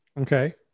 Okay